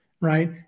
right